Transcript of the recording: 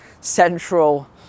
central